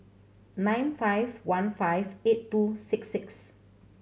nine five one five eight two six six